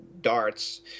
darts